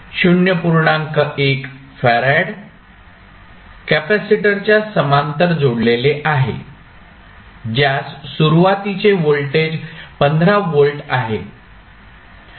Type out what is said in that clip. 1 farad कॅपेसिटरच्या समांतर जोडलेले आहे ज्यास सुरुवातीचे व्होल्टेज 15 व्होल्ट आहे